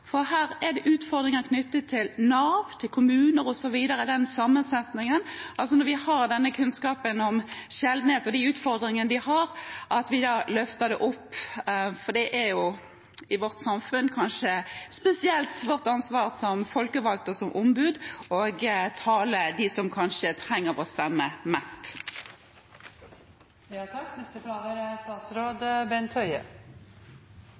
for her er det utfordringer knyttet til Nav, til kommuner osv. – den sammensetningen. Når vi har denne kunnskapen om sjeldenhet og de utfordringer de personene har, må vi løfte det fram, for det er jo i vårt samfunn vårt ansvar, kanskje spesielt som folkevalgte og som ombud, å tale for alle dem som trenger vår stemme